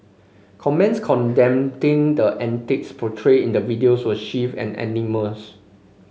comments condemning the antics portrayed in the videos were swift and unanimous